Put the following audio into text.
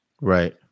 Right